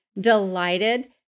delighted